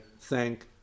thank